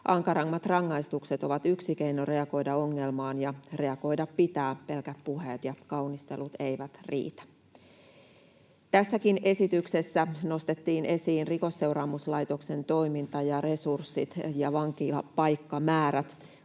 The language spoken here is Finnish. Ankarammat rangaistukset ovat yksi keino reagoida ongelmaan, ja reagoida pitää — pelkät puheet ja kaunistelut eivät riitä. Tässäkin esityksessä nostettiin esiin Rikosseuraamuslaitoksen toiminta ja resurssit ja vankilapaikkamäärät.